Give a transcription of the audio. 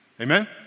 Amen